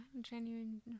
genuine